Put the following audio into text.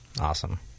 Awesome